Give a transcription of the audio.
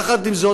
יחד עם זאת,